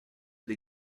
des